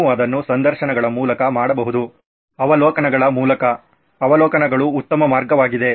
ನೀವು ಅದನ್ನು ಸಂದರ್ಶನಗಳ ಮೂಲಕ ಮಾಡಬಹುದು ಅವಲೋಕನಗಳ ಮೂಲಕ ಅವಲೋಕನಗಳು ಉತ್ತಮ ಮಾರ್ಗವಾಗಿದೆ